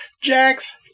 Jax